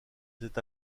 cet